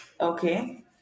Okay